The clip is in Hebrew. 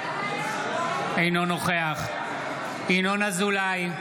אינו נוכח ינון אזולאי,